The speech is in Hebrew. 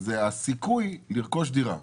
זה הסיכוי לרכוש דירה.